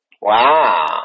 Wow